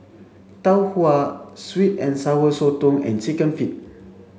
Tau Huay sweet and sour Sotong and chicken feet